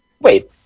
Wait